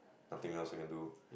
nothing else I can do